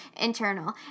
internal